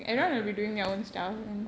correct correct correct